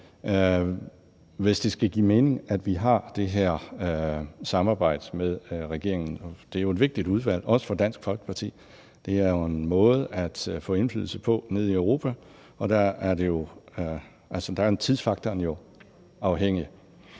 hvis det skal give mening, at vi har det her samarbejde med regeringen. Det er jo et vigtigt udvalg, også for Dansk Folkeparti. Det er jo en måde at få indflydelse på nede i Europa, og der er en afhængighed